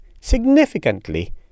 significantly